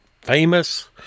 famous